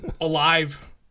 alive